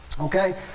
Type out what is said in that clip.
Okay